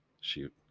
shoot